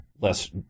less